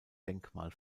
denkmal